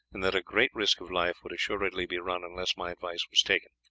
and that a great risk of life would assuredly be run unless my advice was taken.